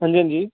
हां जी हां जी